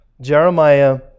Jeremiah